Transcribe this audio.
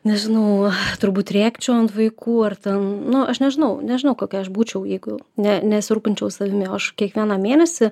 nežinau turbūt rėkčiau ant vaikų ar ten nu aš nežinau nežinau kokia aš būčiau jeigu ne nesirūpinčiau savimi o aš kiekvieną mėnesį